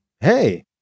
Hey